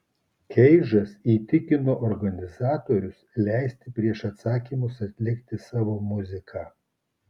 keidžas įtikino organizatorius leisti prieš atsakymus atlikti savo muziką